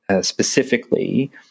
specifically